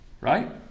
right